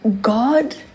God